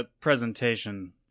presentation